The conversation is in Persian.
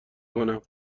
کنم